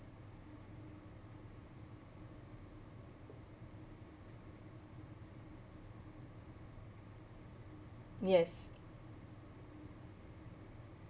yes